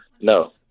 No